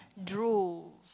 drools